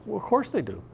of course they do.